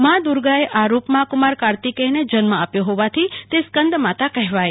મા દુર્ગાએ આ રૂપમાં કુમાર કાર્તિકેયને જન્મ આપ્યો હોવાથી તે સ્કંદમાતા કહેવાઈ